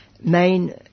main